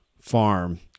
farm